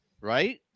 right